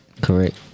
Correct